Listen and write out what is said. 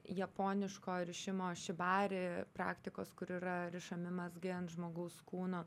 japoniško rišimo šibari praktikos kur yra rišami mazgai ant žmogaus kūno